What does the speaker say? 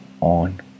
on